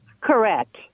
Correct